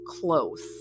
close